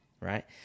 right